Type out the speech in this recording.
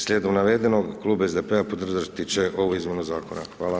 Slijedom navedenog, Klub SDP-a podržati će ovu izmjenu zakona.